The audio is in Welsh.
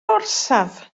orsaf